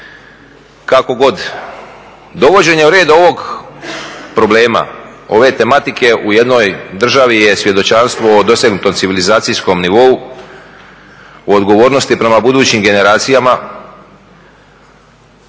kako god. Dovođenje u red ovog problema, ove tematike u jednoj državi je svjedočanstvo o dosegnutom civilizacijskom nivou, o odgovornosti prema budućim generacijama,